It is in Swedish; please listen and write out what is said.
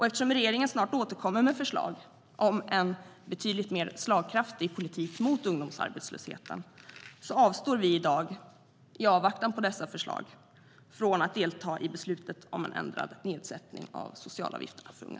Eftersom regeringen snart återkommer med förslag till en betydligt mer slagkraftig politik mot ungdomsarbetslösheten avstår vi i avvaktan på dessa förslag från att delta i dagens beslut om en ändrad nedsättning av socialavgifterna för unga.